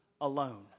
alone